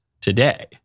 today